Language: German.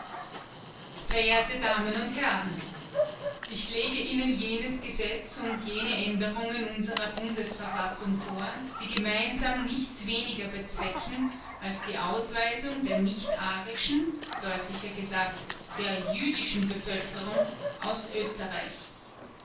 verehrte damen und herren ich lege ihnen jenes gesetz und jene aenderungen unserer bundesverfassung vor die gemeinsam nichts weniger bezwecken als die ausweisung der nichtarischen deutlicher gesagt der jüdischen bevölkerung aus oesterreich